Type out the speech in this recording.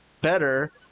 better